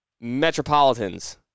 Metropolitans